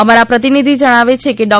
અમારા પ્રતિનિધી જણાવે છે કે ડૉ